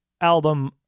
album